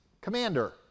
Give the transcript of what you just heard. commander